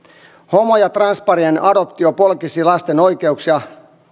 homo ja transparien adoptio polkisi lasten oikeuksia